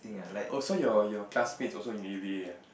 oh so your your classmates also in a_v_a ah